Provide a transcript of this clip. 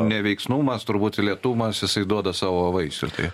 neveiksnumas turbūt lėtumas jisai duoda savo vaisių tai